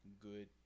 good